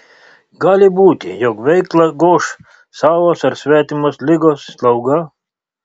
gali būti jog veiklą goš savos ar svetimos ligos slauga